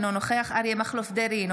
אינו נוכח אריה מכלוף דרעי,